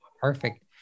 Perfect